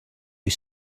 you